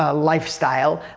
ah lifestyle.